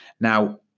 Now